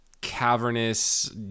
cavernous